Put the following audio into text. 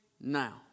Now